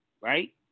right